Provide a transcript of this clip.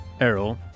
Errol